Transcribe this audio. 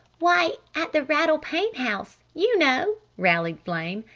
why, at the rattle-pane house, you know! rallied flame.